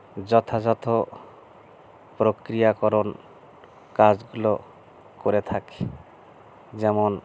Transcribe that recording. যথাযথ প্রক্রিয়াকরণ কাজগুলো করে থাকি যেমন